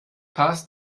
passt